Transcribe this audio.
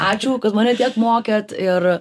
ačiū kad mane tiek mokėt ir